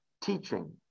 teaching